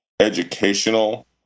educational